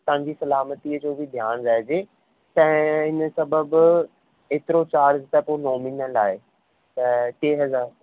तव्हांजी सलामतीअ जो बि ध्यानु रहिजे ऐं हिन सबबु एतिरो चार्ज त पोइ नोमिनल आहे त टे हज़ार